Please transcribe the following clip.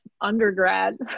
undergrad